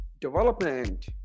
development